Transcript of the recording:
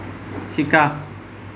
শিকা